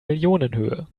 millionenhöhe